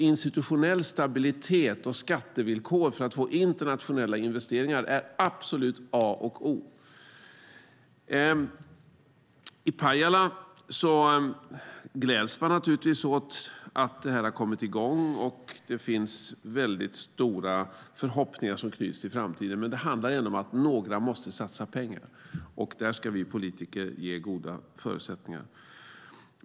Institutionell stabilitet och skattevillkor för att få internationella investeringar är absolut A och O. I Pajala gläds man naturligtvis åt att detta arbete har kommit i gång. Stora förhoppningar knyts till framtiden. Men det handlar ändå om att några måste satsa pengar. Där ska vi politiker ge goda förutsättningar.